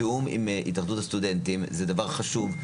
תיאום עם התאחדות הסטודנטים זה דבר חשוב.